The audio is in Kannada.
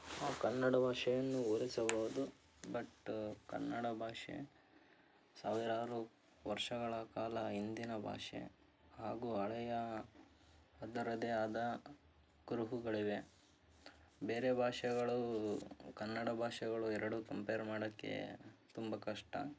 ಕನ್ನಡ ಭಾಷೆಯನ್ನು ಹೋಲಿಸಬಹುದು ಬಟ್ ಕನ್ನಡ ಭಾಷೆ ಸಾವಿರಾರು ವರ್ಷಗಳ ಕಾಲ ಹಿಂದಿನ ಭಾಷೆ ಹಾಗೂ ಹಳೆಯ ಅದರದೆ ಆದ ಕುರುಹುಗಳಿವೆ ಬೇರೆ ಭಾಷೆಗಳು ಕನ್ನಡ ಭಾಷೆಗಳು ಎರಡು ಕಂಪೇರ್ ಮಾಡೋಕ್ಕೆ ತುಂಬ ಕಷ್ಟ